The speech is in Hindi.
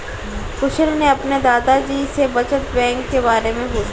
कुशल ने अपने दादा जी से बचत बैंक के बारे में पूछा